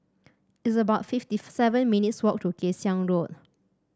it's about fifty seven minutes' walk to Kay Siang Road